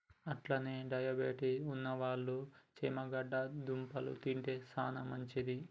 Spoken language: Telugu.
గట్లనే డయాబెటిస్ ఉన్నవాళ్ళు చేమగడ్డ దుంపలు తింటే సానా మంచిది